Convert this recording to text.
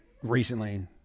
recently